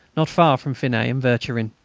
not far from finet and vercherin.